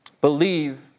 Believe